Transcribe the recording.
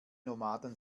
nomaden